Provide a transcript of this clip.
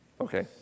Okay